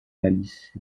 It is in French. malice